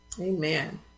Amen